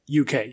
UK